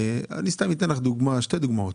אני אתן לך שתי דוגמאות.